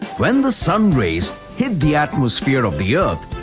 when the sun's rays hit the atmosphere of the earth.